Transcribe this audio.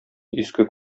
иске